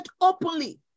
openly